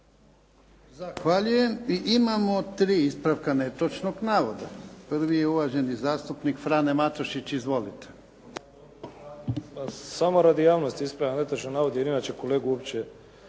Zahvaljujem. I imamo 3 ispravka netočnog navoda. Prvi je uvaženi zastupnik Frano Matušić. Izvolite. **Matušić, Frano (HDZ)** Samo radi javnosti ispravljam netočan navod jer inače kolegu uopće